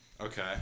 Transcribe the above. Okay